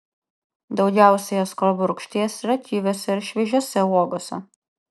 daugiausiai askorbo rūgšties yra kiviuose ir šviežiose uogose